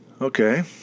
Okay